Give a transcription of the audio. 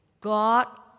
God